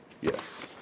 Yes